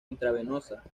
intravenosa